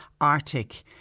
Arctic